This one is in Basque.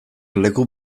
leku